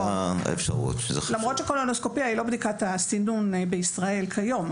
למרות שהקולונוסקופיה היא לא בדיקת הסינון בישראל כיום,